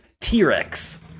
T-Rex